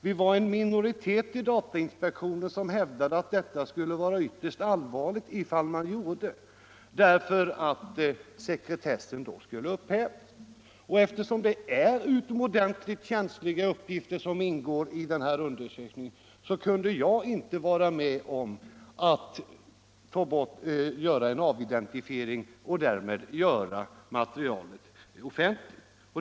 Vi var en minoritet i datainspektionen som hävdade att det skulle vara ytterst olyckligt om man gjorde detta, eftersom sekretessen i så fall skulle upphävas. Då det är utomordentligt känsliga uppgifter som ingår i denna undersökning, kunde jag inte vara med om att göra en avidentifiering och därmed göra materialet offentligt.